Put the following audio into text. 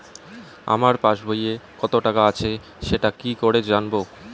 আমার পাসবইয়ে কত টাকা আছে সেটা কি করে জানবো?